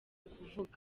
kuvuga